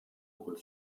will